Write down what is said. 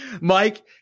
Mike